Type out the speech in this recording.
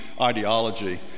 ideology